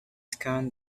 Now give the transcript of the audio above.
scanned